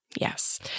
Yes